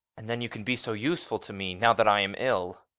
and then you can be so useful to me, now that i am ill.